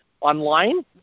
online